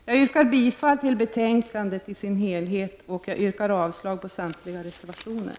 Jag yrkar bifall till utskottets hemställan i dess helhet och avslag på samtliga reservationer.